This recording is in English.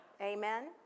Amen